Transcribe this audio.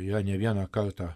yrane vieną kartą